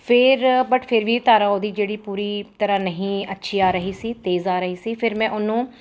ਫੇਰ ਬਟ ਫਿਰ ਵੀ ਧਾਰਾਂ ਉਹਦੀ ਜਿਹੜੀ ਪੂਰੀ ਤਰ੍ਹਾਂ ਨਹੀਂ ਅੱਛੀ ਆ ਰਹੀ ਸੀ ਤੇਜ਼ ਆ ਰਹੀ ਸੀ ਫਿਰ ਮੈਂ ਉਹਨੂੰ